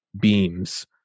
beams